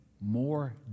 more